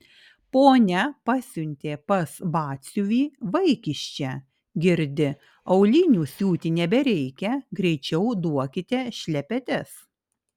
ponia pasiuntė pas batsiuvį vaikiščią girdi aulinių siūti nebereikia greičiau duokite šlepetes